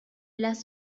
las